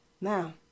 now